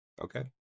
Okay